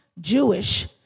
Jewish